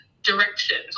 directions